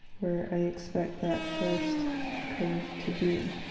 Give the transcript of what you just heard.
where i expect that first curve to be